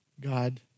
God